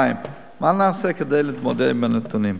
2. מה נעשה כדי להתמודד עם הנתונים?